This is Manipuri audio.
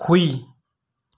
ꯍꯨꯏ